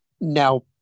Now